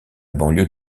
banlieue